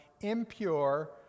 impure